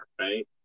right